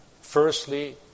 Firstly